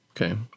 Okay